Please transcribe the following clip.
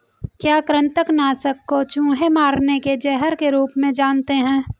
क्या कृतंक नाशक को चूहे मारने के जहर के रूप में जानते हैं?